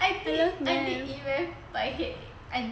I did E math but I hate I